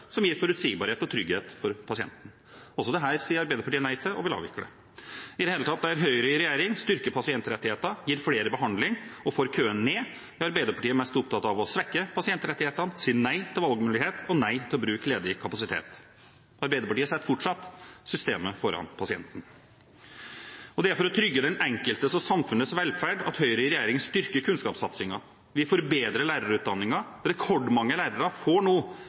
som gir forutsigbarhet og trygghet for pasienten. Også dette sier Arbeiderpartiet nei til og vil avvikle. I det hele tatt: Der Høyre i regjering styrker pasientrettighetene, gir flere behandling og får køene ned, er Arbeiderpartiet mest opptatt av å svekke pasientrettighetene, si nei til valgmulighet og nei til å bruke ledig kapasitet. Arbeiderpartiet setter fortsatt systemet foran pasienten. Det er for å trygge den enkeltes og samfunnets velferd at Høyre i regjering styrker kunnskapssatsingen. Vi forbedrer lærerutdanningen. Rekordmange lærere får nå